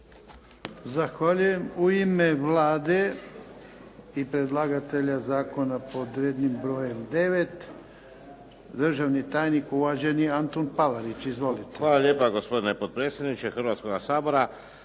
Zahvaljujem. U ime Vlade i predlagatelja zakona pod rednim brojem 9. državni tajnik uvaženi Antun Palarić. Izvolite. **Palarić, Antun** Hvala lijepa gospodine potpredsjedniče Hrvatskoga sabora.